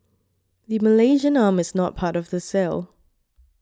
the Malaysian arm is not part of the sale